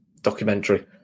documentary